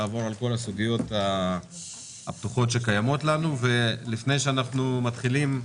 לעבור על כל הסוגיות הפתוחות שקיימות לנו ולפני שאנחנו מתחילים,